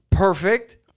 Perfect